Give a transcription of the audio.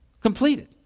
completed